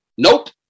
Nope